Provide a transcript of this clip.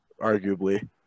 arguably